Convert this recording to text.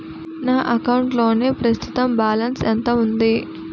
నా అకౌంట్ లోని ప్రస్తుతం బాలన్స్ ఎంత ఉంది?